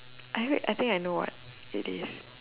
I heard think I know what it is